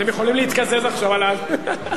אתם יכולים להתקזז עכשיו עליו.